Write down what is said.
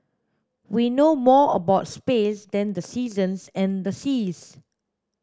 we know more about space than the seasons and the seas